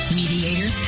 mediator